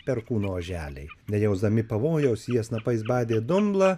perkuno oželiai nejausdami pavojaus jie snapais badė dumblą